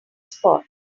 spot